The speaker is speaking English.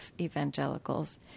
evangelicals